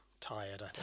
tired